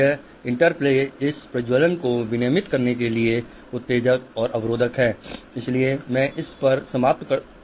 यह इंटरप्ले इस प्रज्वलन को विनियमित करने के लिए उत्तेजक और अवरोधक है इसलिए मैं इस पर समाप्त होता हूं